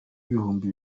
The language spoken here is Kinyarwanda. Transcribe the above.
ibihumbi